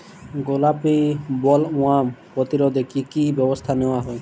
গোলাপী বোলওয়ার্ম প্রতিরোধে কী কী ব্যবস্থা নেওয়া হয়?